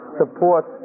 support